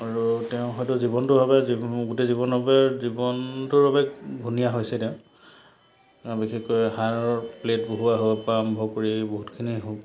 আৰু তেওঁ হয়টো জীৱনটোৰ বাবে জাৱ গোটেই জীৱনৰ বাবে জীৱনটোৰ বাবে ঘূণীয়া হৈছিলে আৰু বিশেষকৈ হাড়ৰ প্লেট বহুৱা হোৱা পৰা আৰম্ভ কৰি বহুতখিনিয়েই হ'ল